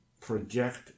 project